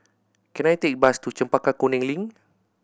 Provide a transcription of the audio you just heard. can I take bus to Chempaka Kuning Link